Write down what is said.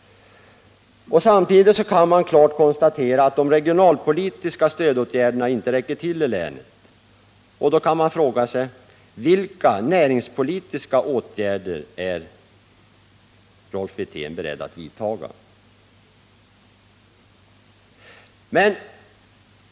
Samtidigt kan man klart konstatera att de regionalpolitiska stödåtgärderna i länet inte räcker till. Då kan man ställa frågan: Vilka näringspolitiska åtgärder är Rolf Wirtén beredd att vidta?